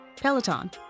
Peloton